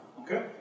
Okay